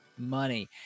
money